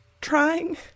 trying